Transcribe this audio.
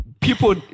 people